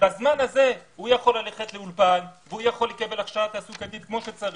ובזמן הזה הוא יכול ללכת לאולפן ולקבל הכשרה תעסוקתית כמו שצריך,